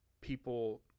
people